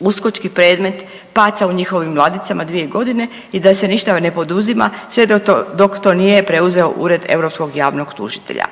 uskočki predmet paca u njihovim ladicama 2.g. i da se ništa ne poduzima sve dok to nije preuzeo Ured europskog javnog tužitelja,